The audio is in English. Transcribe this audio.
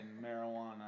marijuana